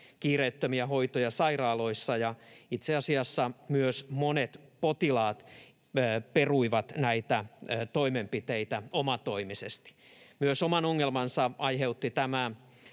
kiireettömiä hoitoja sairaaloissa, ja itse asiassa myös monet potilaat peruivat näitä toimenpiteitä omatoimisesti. Myös oman ongelmansa aiheuttivat nämä